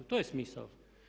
To je smisao.